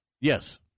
Yes